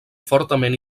fortament